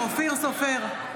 סופר,